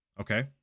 okay